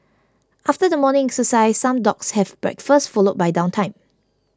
after the morning exercise some dogs have breakfast followed by downtime